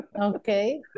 Okay